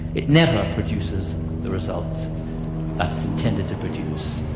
it never produces the results that it's intended to produce.